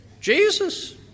Jesus